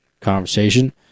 conversation